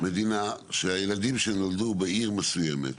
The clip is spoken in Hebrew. מדינה שהילדים שנולדו בעיר מסוימת,